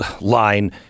line